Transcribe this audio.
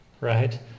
Right